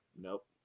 Nope